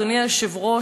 אדוני היושב-ראש,